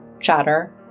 Chatter